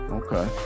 okay